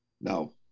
No